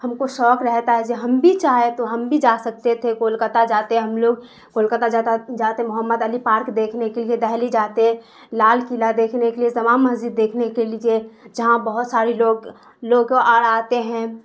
ہم کو شوق رہتا ہے جو ہم بھی چاہے تو ہم بھی جا سکتے تھے کولکاتہ جاتے ہم لوگ کولکاتہ جاتے محمد علی پارک دیکھنے کے لیے دہلی جاتے لال قلعہ دیکھنے کے لیے جامع مسجد دیکھنے کے لیے جہاں بہت سارے لوگ لوگ اور آتے ہیں